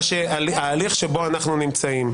ההליך שבו אנחנו נמצאים,